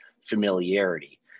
familiarity